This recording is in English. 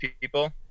people